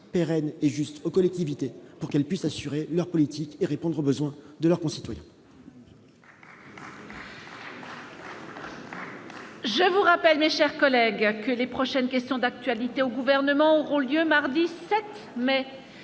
pérenne et juste aux collectivités pour qu'elles puissent assurer leur politique et répondre aux besoins de leurs concitoyens.